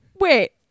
Wait